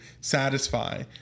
satisfy